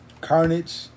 Carnage